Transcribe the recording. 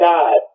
God